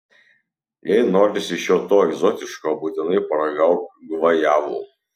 jei norisi šio to egzotiško būtinai paragauk gvajavų